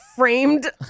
Framed